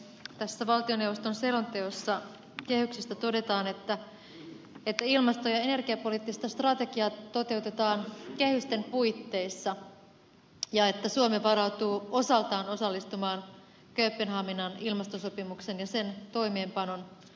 tässä valtioneuvoston selonteossa kehyksestä todetaan että ilmasto ja energiapoliittista strategiaa toteutetaan kehysten puitteissa ja että suomi varautuu osaltaan osallistumaan kööpenhaminan ilmastosopimuksen ja sen toimeenpanon kustannuksiin